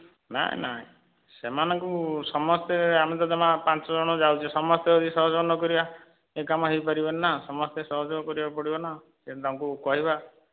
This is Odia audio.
ନା ନାହିଁ ସେମାନଙ୍କୁ ସମସ୍ତେ ଆମେ ତ ଜମା ପାଞ୍ଚ ଜଣ ଯାଉଛେ ସମସ୍ତେ ଯଦି ସହଯୋଗ ନ କରିବା ଏହି କାମ ହୋଇ ପାରିବନି ନା ସହଯୋଗ କରିବାକୁ ପଡ଼ିବ ନା ତେଣୁ ତାଙ୍କୁ କହିବା